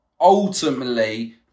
ultimately